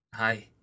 Hi